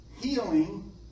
healing